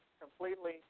completely